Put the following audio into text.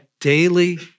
daily